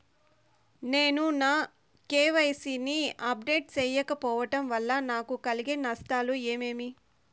నేను నా కె.వై.సి ని అప్డేట్ సేయకపోవడం వల్ల నాకు కలిగే నష్టాలు ఏమేమీ?